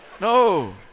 no